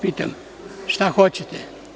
Pitam šta hoćete?